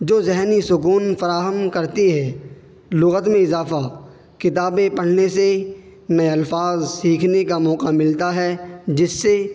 جو ذہنی سکون فراہم کرتی ہے لغت میں اضافہ کتابیں پڑھنے سے نئے الفاظ سیکھنے کا موقع ملتا ہے جس سے